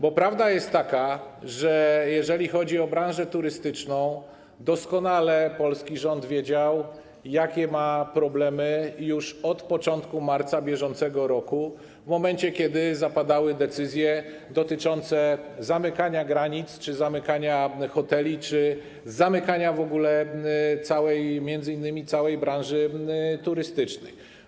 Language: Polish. Bo prawda jest taka, że jeżeli chodzi o branżę turystyczną, doskonale polski rząd wiedział, jakie ma ona problemy, już od początku marca br., w momencie kiedy zapadały decyzje dotyczące zamykania granic, zamykania hoteli czy zamykania w ogóle m.in. całej branży turystycznej.